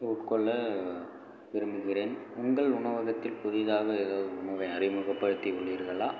உட்கொள்ள விரும்புகிறேன் உங்கள் உணவகத்தில் புதிதாக ஏதாவது உணவை அறிமுகப்படுத்தி உள்ளீர்களா